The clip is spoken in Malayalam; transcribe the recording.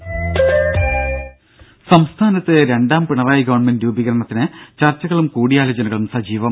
ദേദ സംസ്ഥാനത്ത് രണ്ടാം പിണറായി ഗവൺമെന്റ് രൂപീകരണത്തിന് ചർച്ചകളും കൂടിയാലോചനകളും സജീവം